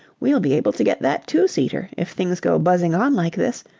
we'll be able to get that two-seater if things go buzzing on like this.